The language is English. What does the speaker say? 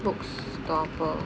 book stopper